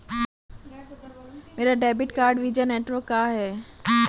मेरा debit card Visa network का है